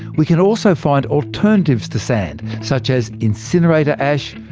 we can also find alternatives to sand, such as incinerator ash,